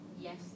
yes